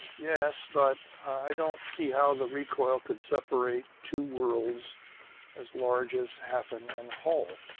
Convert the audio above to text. yes, but i don't see how the recoil could separate two worlds as large as hafen and holl!